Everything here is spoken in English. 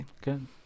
Good